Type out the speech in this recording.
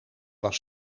was